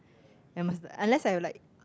I must unless I like